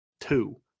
two